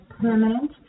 permanent